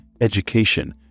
education